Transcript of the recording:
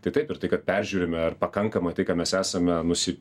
tai taip ir tai kad peržiūrime ar pakankama tai ką mes esame nusi